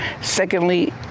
secondly